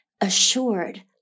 assured